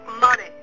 money